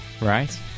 Right